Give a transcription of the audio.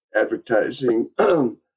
advertising –